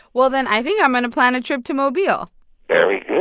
well, then, i think i'm going to plan a trip to mobile very